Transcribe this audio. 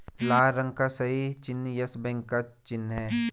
लाल रंग का सही चिन्ह यस बैंक का चिन्ह है